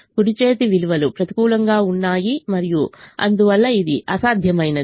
కుడి చేతి విలువలు ప్రతికూలంగా ఉన్నాయి మరియు అందువల్ల ఇది అసాధ్యమైనది